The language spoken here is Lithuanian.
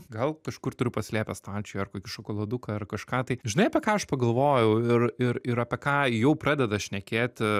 gal kažkur turiu pasislėpęs stalčiuj ar kokį šokoladuką ar kažką tai žinai apie ką aš pagalvojau ir ir ir apie ką jau pradeda šnekėti